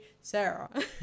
Sarah